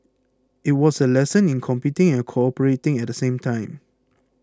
it was a lesson in competing and cooperating at the same time